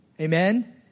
Amen